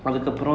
mm